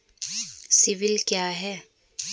CIBIL क्या है?